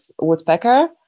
woodpecker